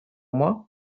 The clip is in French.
moi